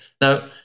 Now